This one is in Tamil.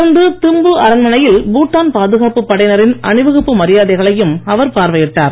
தொடர்ந்து திம்பு அரண்மனையில் பூட்டான் பாதுகாப்புப் படையினரின் அணிவகுப்பு மரியாதைகளையும் அவர் பார்வையிட்டார்